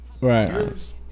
right